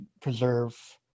preserve